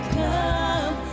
come